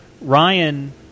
Ryan